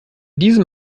diesem